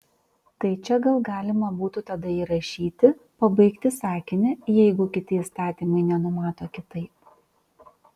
tai čia gal galima būtų tada įrašyti pabaigti sakinį jeigu kiti įstatymai nenumato kitaip